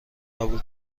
قبول